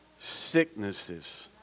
sicknesses